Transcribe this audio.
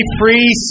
free